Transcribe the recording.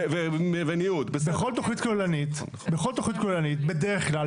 בדרך כלל,